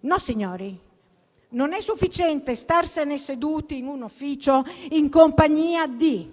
No, signori, non è sufficiente starsene seduti in un ufficio in compagnia di